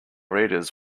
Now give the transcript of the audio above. readers